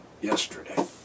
yesterday